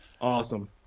awesome